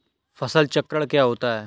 फसल चक्रण क्या होता है?